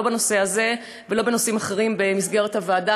לא בנושא הזה ולא בנושאים אחרים במסגרת הוועדה.